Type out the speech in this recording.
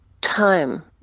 time